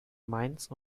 mainz